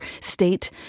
state